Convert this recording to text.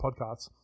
podcasts